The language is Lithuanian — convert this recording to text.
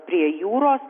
prie jūros